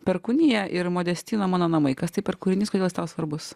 perkūnija ir modestino mano namai kas tai per kūrinys kodėl jis tau svarbus